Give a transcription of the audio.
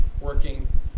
working